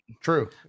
True